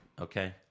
Okay